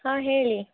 ಹಾಂ ಹೇಳಿ